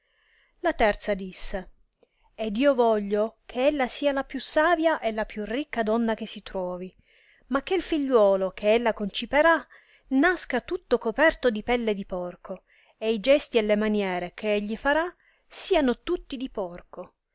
la terza disse ed io voglio che ella sia la più savia e la più ricca donna che si truovi ma che figliuolo che ella conciperà nasca tutto coperto di pelle di porco e i gesti e le maniere che egli farà siano tutti di porco